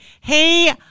hey